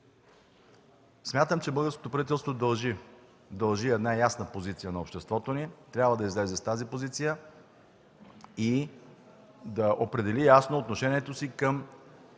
Смятам, че българското правителство дължи една ясна позиция на обществото ни, трябва да излезе с тази позиция и да определи ясно отношението си към